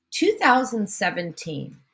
2017